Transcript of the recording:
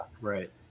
Right